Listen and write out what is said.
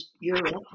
Europe